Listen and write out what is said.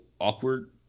awkward